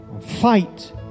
Fight